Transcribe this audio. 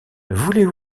voulez